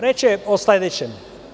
Reč je o sledećem.